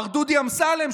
מר דודי אמסלם?